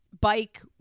bike